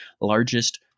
largest